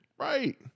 Right